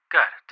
Good